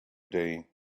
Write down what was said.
day